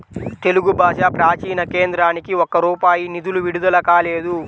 తెలుగు భాషా ప్రాచీన కేంద్రానికి ఒక్క రూపాయి నిధులు విడుదల కాలేదు